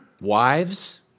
Wives